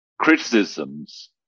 Criticisms